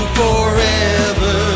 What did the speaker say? forever